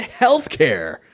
Healthcare